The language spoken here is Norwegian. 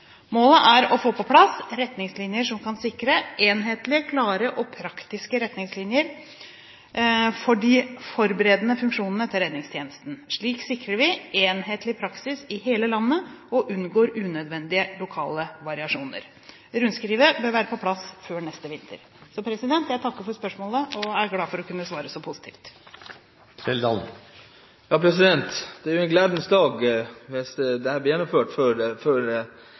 Målet er få på plass enhetlige, klare og praktiske retningslinjer for de forberedende funksjonene til redningstjenesten. Slik sikrer vi enhetlig praksis i hele landet og unngår unødvendige lokale variasjoner. Rundskrivet bør være på plass før neste vinter. Jeg takker for spørsmålet og er glad for å kunne svare så positivt. Det er jo en gledens dag hvis dette blir gjennomført før neste år. Det